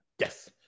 Yes